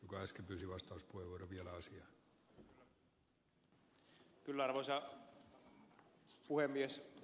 aika lailla samaan aiheeseen kuin ed